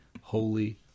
holy